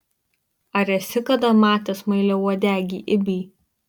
ar esi kada matęs smailiauodegį ibį